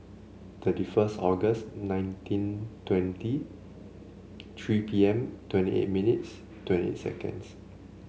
thirty first August nineteen twenty three P M twenty eight minutes twenty seconds